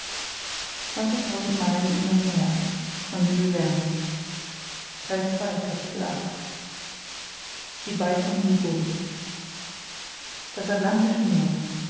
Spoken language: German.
das atlantische meer